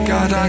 God